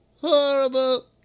horrible